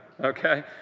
okay